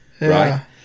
Right